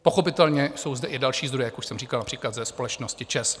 Pochopitelně jsou zde i další zdroje, jak už jsem říkal, například ze společnosti ČEZ.